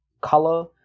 color